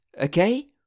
okay